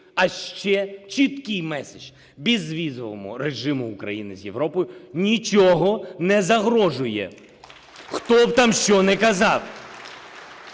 а ще чіткий меседж: безвізовому режиму України з Європою нічого не загрожує, хто б там що не казав.